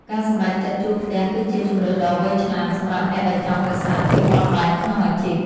ការសម្រេចចិត្តជួលផ្ទះគឺជាជម្រើសដ៏វៃឆ្លាត សម្រាប់អ្នកដែលចង់រក្សាភាពបត់បែនក្នុងអាជីព។